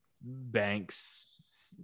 banks